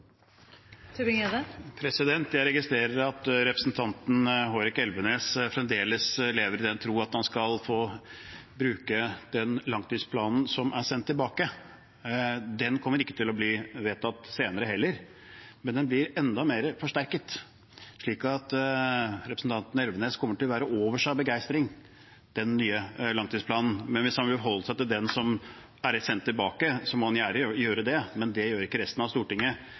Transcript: eget luftforsvar. Jeg registrerer at representanten Hårek Elvenes fremdeles lever i den tro at han skal få bruke den langtidsplanen som er sendt tilbake. Den kommer ikke til å bli vedtatt senere heller, men den blir enda mer forsterket, slik at representanten Elvenes kommer til å være over seg av begeistring for den nye langtidsplanen. Men hvis han vil forholde seg til den som er sendt tilbake, må han gjerne gjøre det, men det gjør ikke resten av Stortinget.